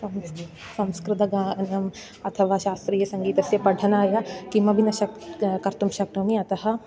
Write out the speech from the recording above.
संस् संस्कृतगानम् अथवा शास्त्रीयसङ्गीतस्य पठनाय किमपि न शक् कर्तुं शक्नोमि अतः